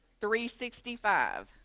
365